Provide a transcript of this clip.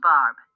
Barb